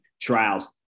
trials